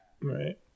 Right